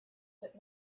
that